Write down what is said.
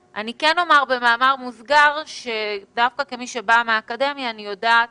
במאמר מוסגר, דווקא כמי שבאה מהאקדמיה אני יודעת